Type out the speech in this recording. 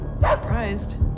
Surprised